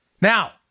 now